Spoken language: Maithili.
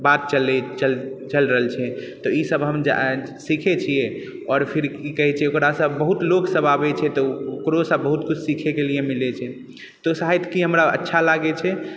बात चलि रहल छै तऽ ई सब हम सीखै छियै आओर फिर की कहै छै ओकरासँ बहुत लोक सब आबै छै तऽ ओकरोसँ बहुत कुछ सीखैके लिए मिलै छै तऽ सहित्यिकी हमरा अच्छा लागै छै